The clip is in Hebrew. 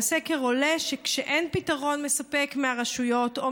מהסקר עולה שכשאין פתרון מספק מהרשויות או,